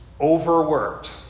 overworked